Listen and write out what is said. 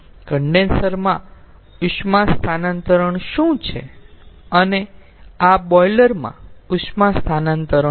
condenser માં ઉષ્મા સ્થાનાંતરણ શું છે અને આ બોઈલર માં ઉષ્મા સ્થાનાંતરણ છે